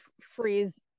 freeze